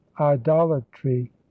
idolatry